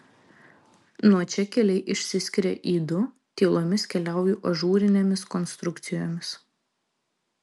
nuo čia keliai išsiskiria į du tylomis keliauju ažūrinėmis konstrukcijomis